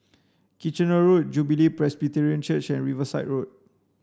Kitchener Road Jubilee Presbyterian Church and Riverside Road